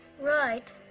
Right